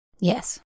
Yes